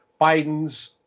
Biden's